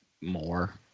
more